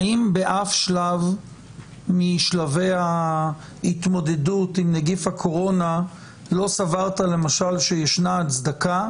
האם באף שלב משלבי ההתמודדות עם נגיף הקורונה לא סברת למשל שיש הצדקה